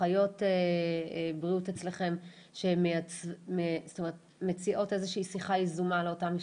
אחיות בריאות אצלכם שמציעות איזושהי שיחה יזומה לאותה המשפחה?